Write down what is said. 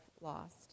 lost